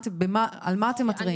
על מה אתם מתריעים?